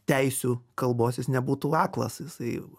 teisių kalbos jis nebūtų aklas jisai